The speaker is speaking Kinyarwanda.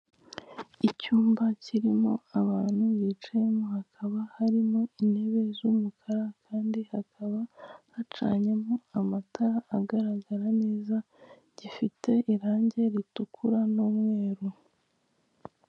Icyumba kirimo abantu bicayemo hakaba harimo intebe z'umukara kandi hakaba hacanyemo amatara agaragara neza gifite irangi ritukura n'umweru.